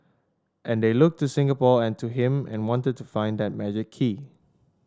and they looked to Singapore and to him and wanted to find that magic key